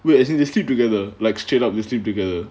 wait as in they sleep together like straight up they sleep together